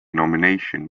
nomination